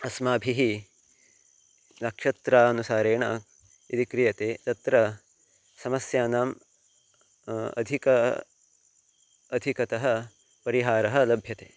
अस्माभिः नक्षत्रानुसारेण यदि क्रियते तत्र सस्यानाम् अधिकता अधिकतया परिहारः लभ्यते